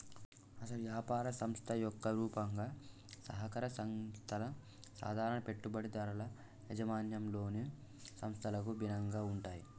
అసలు యాపార సంస్థ యొక్క రూపంగా సహకార సంస్థల సాధారణ పెట్టుబడిదారుల యాజమాన్యంలోని సంస్థలకు భిన్నంగా ఉంటాయి